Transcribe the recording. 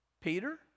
peter